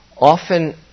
often